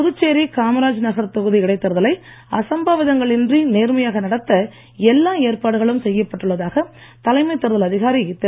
புதுச்சேரி காமராஜ் நகர் தொகுதி இடைத்தேர்தலை அசம்பாவிதங்கள் இன்றி நேர்மையாக நடத்த எல்லா ஏற்பாடுகளும் செய்யப் பட்டுள்ளதாக தலைமைத் தேர்தல் அதிகாரி திரு